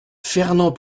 fernand